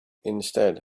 instead